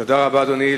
תודה רבה, אדוני.